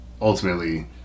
ultimately